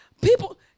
People